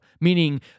meaning